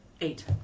Eight